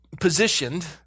positioned